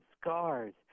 scars